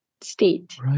state